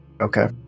Okay